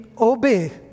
obey